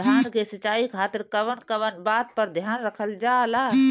धान के सिंचाई खातिर कवन कवन बात पर ध्यान रखल जा ला?